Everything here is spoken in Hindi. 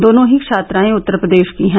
दोनों ही छात्रायें उत्तर प्रदेष की हैं